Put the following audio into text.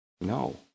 no